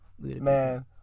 Man